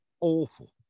awful